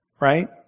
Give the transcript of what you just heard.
right